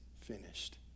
finished